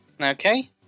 Okay